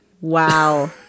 wow